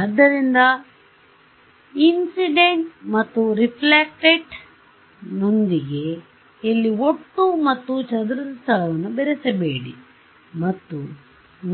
ಆದ್ದರಿಂದ ಘಟನೆ ಮತ್ತು ಪ್ರತಿಫಲನದೊಂದಿಗೆ ಇಲ್ಲಿ ಒಟ್ಟು ಮತ್ತು ಚದುರಿದ ಸ್ಥಳವನ್ನು ಬೆರೆಸಬೇಡಿ ಮತ್ತು